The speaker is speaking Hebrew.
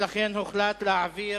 ולכן הוחלט להעביר